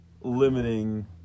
limiting